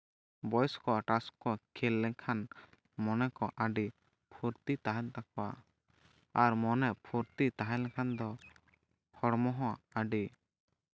ᱵᱚᱭᱚᱥ ᱠᱚ ᱛᱟᱥ ᱠᱚ ᱠᱷᱮᱞ ᱞᱮᱠᱷᱟᱱ ᱢᱚᱱᱮ ᱠᱚ ᱟᱹᱰᱤ ᱯᱷᱩᱨᱛᱤ ᱛᱟᱦᱮᱱ ᱛᱟᱠᱚᱣᱟ ᱟᱨ ᱢᱚᱱᱮ ᱯᱷᱩᱨᱛᱤ ᱛᱟᱦᱮᱸ ᱞᱮᱠᱷᱟᱱ ᱫᱚ ᱦᱚᱲᱢᱚ ᱦᱚᱸ ᱟᱹᱰᱤ